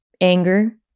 anger